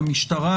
מהמשטרה,